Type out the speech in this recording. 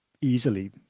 easily